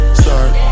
start